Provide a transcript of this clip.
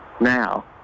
now